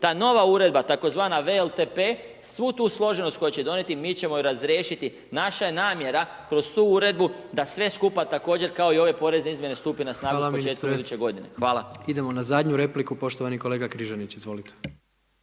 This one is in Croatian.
Ta nova uredba tzv. VLTP svu tu složenost koju će donijeti, mi ćemo ju razriješiti. Naša je naredba kroz tu uredbu da sve skupa također kao i ove porezne izmjene stupe na snagu s početkom iduće godine. Hvala. **Jandroković, Gordan (HDZ)** Hvala ministre. Idemo na zadnju repliku, poštovani kolega Križanić, izvolite.